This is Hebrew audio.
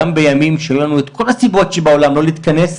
גם בימים שהיו לנו את כל הסיבות שבעולם לא להתכנס,